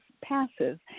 passes